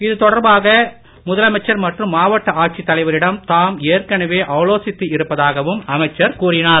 இதுதொடர்பாக முதலமைச்சர் மற்றும் மாவட்ட ஆட்சித் தலைவரிடம் தாம் ஏற்கனவே ஆலோசித்து இருப்பதாகவும் அமைச்சர் கூறினார்